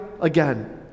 again